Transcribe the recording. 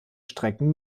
strecken